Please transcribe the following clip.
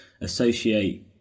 associate